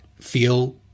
feel